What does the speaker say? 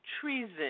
treason